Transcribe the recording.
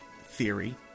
theory